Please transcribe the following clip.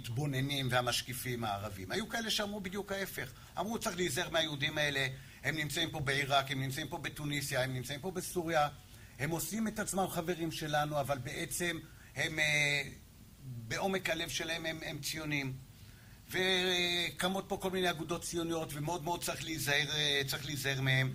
התבוננים והמשקיפים הערבים. היו כאלה שאמרו בדיוק ההפך. אמרו, צריך להיזהר מהיהודים האלה. הם נמצאים פה בעיראק, הם נמצאים פה בטוניסיה, הם נמצאים פה בסוריה. הם עושים את עצמם חברים שלנו, אבל בעצם הם, בעומק הלב שלהם, הם ציונים. וקמות פה כל מיני אגודות ציוניות ומאוד מאוד צריך להיזהר מהם.